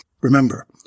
Remember